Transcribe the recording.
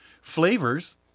flavors